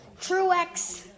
Truex